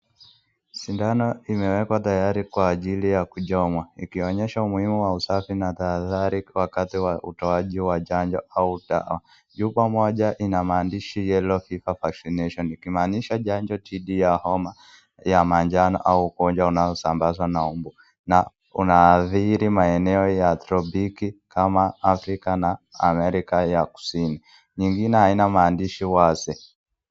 Sindano imewekwa tayari kwa ajili ya kuchomwa ikionyesha umuhimu wa usafi na tahadhari wakati wa utoaji wa chanjo au dawa. Chupa moja ina maandishi Yellow fever vaccination ikimaanisha chanjo dhidi ya homa ya manjano au ugonjwa unaosambazwa na mbu na unaadhiri maeneo ya tropiki kama Afrika na Amerika ya Kusini. Nyingine haina maandishi wazi.